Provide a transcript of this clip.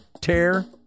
Tear